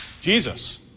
Jesus